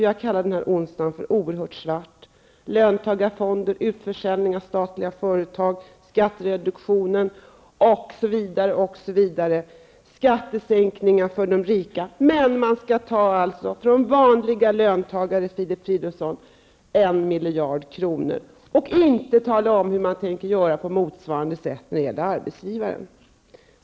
Jag kallar den här onsdagen oerhört svart: löntagarfonder, utförsäljning av statliga företag, skattereduktionen, skattesänkningar för de rika osv. Men från vanliga löntagare skall man, Filip Fridolfsson ta 1 miljard kronor, och man tänker inte tala om hur man på motsvarande sätt tänker göra när det gäller arbetsgivaren.